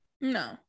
No